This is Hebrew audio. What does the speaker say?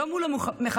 לא מול המחבלים,